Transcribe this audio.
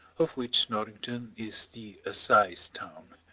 of which norrington is the assize town.